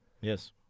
Yes